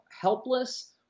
helpless